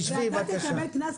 ואתה תקבל קנס,